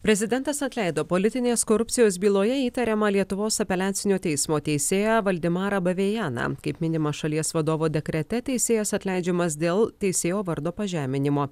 prezidentas atleido politinės korupcijos byloje įtariamą lietuvos apeliacinio teismo teisėją vladimarą bavėjaną kaip minima šalies vadovo dekrete teisėjas atleidžiamas dėl teisėjo vardo pažeminimo